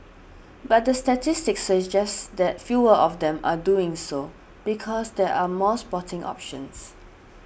but the statistics suggest that fewer of them are doing so because there are more sporting options